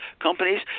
companies